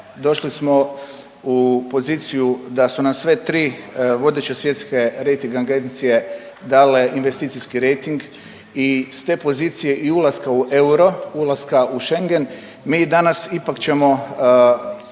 došli smo u poziciju da su nam sve tri vodeće svjetske rejting agencije dale investicijski rejting i s te pozicije i ulaska u euro, ulaska u Schengen, mi danas ipak ćemo,